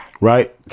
Right